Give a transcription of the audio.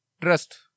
Trust